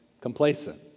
complacent